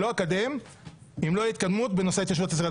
לא אקדם אם לא תהיה התקדמות בנושא ההתיישבות הצעירה.